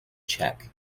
check